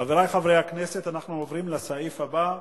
חברי חברי הכנסת, אנחנו עוברים לסעיף הבא: